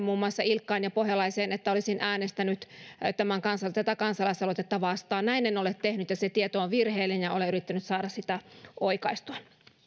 muun muassa ilkkaan ja pohjalaiseen päätyneen virheellisen tiedon että olisin äänestänyt tätä kansalaisaloitetta vastaan näin en ole tehnyt se tieto on virheellinen ja olen yrittänyt saada sitä oikaistua